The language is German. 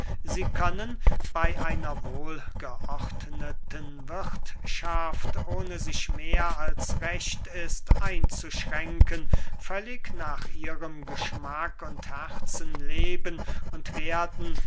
sie können bey einer wohlgeordneten wirthschaft ohne sich mehr als recht ist einzuschränken völlig nach ihrem geschmack und herzen leben und werden